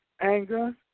anger